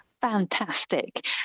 Fantastic